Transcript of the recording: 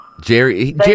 Jerry